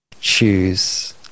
choose